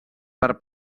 per